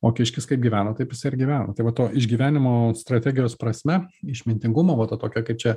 o kiškis kaip gyvena taip jisai ir gyvena tai va to išgyvenimo strategijos prasme išmintingumo va ta tokia kaip čia